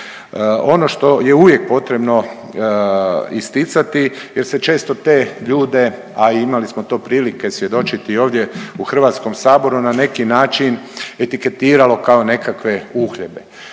Ono što je uvijek potrebno isticati jer se često te ljude, a i imali smo to prilike svjedočiti ovdje u HS-u na neki način etiketiralo kao nekakve uhljebe.